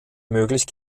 möglich